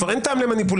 כבר אין טעם למניפולציה.